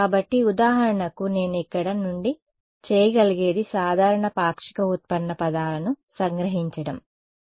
కాబట్టి ఉదాహరణకు కాబట్టి నేను ఇక్కడ నుండి చేయగలిగేది సాధారణ పాక్షిక ఉత్పన్న పదాలను సంగ్రహించడం సరే